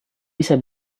bisa